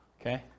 okay